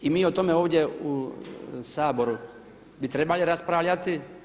I mi o tome ovdje u Saboru bi trebali raspravljati.